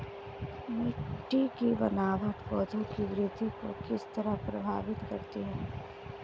मिटटी की बनावट पौधों की वृद्धि को किस तरह प्रभावित करती है?